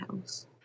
House